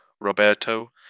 Roberto